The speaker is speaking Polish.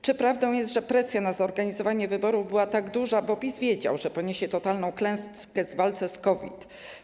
Czy prawdą jest, że presja na zorganizowanie wyborów była tak duża, bo PiS wiedział, że poniesie totalną klęskę w walce z COVID?